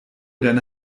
deine